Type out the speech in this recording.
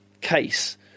case